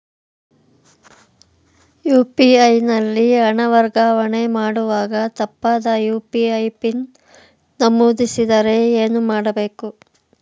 UPI ನಲ್ಲಿ ಹಣ ವರ್ಗಾವಣೆ ಮಾಡುವಾಗ ತಪ್ಪಾದ ಯು.ಪಿ.ಐ ಪಿನ್ ನಮೂದಿಸಿದರೆ ಏನು ಮಾಡಬೇಕು?